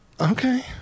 Okay